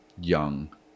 young